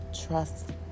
Trust